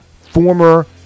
former